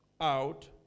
out